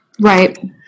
Right